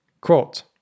Quote